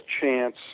chance